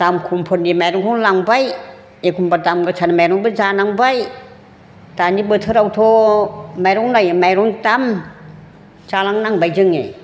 दाम खमफोरनि माइरंखौनो लांबाय एखमब्ला दाम गोसानि माइरंबो जानांबाय दानि बोथोरावथ' माइरं नायै माइरं दाम जालांनांबाय जोङो